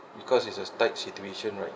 because it's a tight situation right